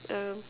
err